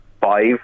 five